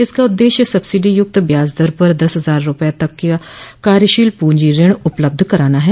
इसका उद्देश्य सब्सिडी युक्त ब्याज दर पर दस हजार रुपये तक का कार्यशील पूंजी ऋण उपलब्ध कराना है